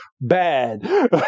bad